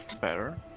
better